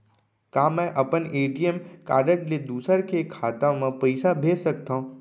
का मैं अपन ए.टी.एम कारड ले दूसर के खाता म पइसा भेज सकथव?